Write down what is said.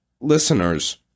Listeners